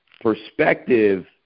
perspective